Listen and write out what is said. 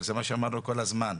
כל מיני